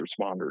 responders